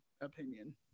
opinion